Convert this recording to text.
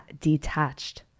detached